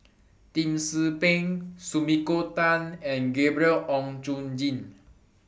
Lim Tze Peng Sumiko Tan and Gabriel Oon Chong Jin